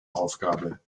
aufgabe